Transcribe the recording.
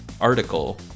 article